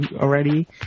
already